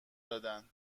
دادن